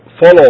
Follow